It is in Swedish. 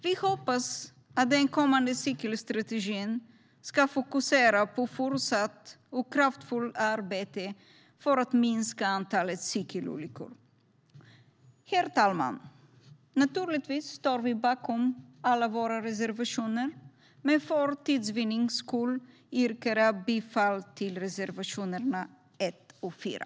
Vi hoppas att den kommande cykelstrategin ska fokusera på fortsatt och kraftfullt arbete för att minska antalet cykelolyckor. Herr talman! Naturligtvis står vi bakom alla våra reservationer, men för tids vinnande yrkar jag bifall till reservationerna 1 och 4.